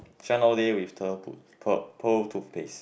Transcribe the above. shine all day with pearl toothpaste